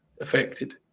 affected